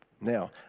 Now